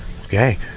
Okay